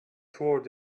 toward